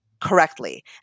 correctly